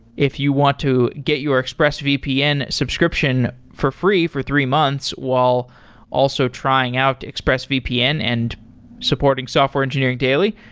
if you want to get your expressvpn subscription for free for three months while also trying out expressvpn and supporting software engineering daily,